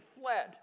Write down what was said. fled